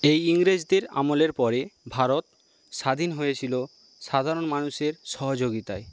এই ইংরেজদের আমলের পরে ভারত স্বাধীন হয়েছিল সাধারণ মানুষের সহযোগিতায়